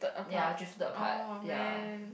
ya drifted apart ya